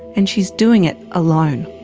and she is doing it alone.